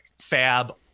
fab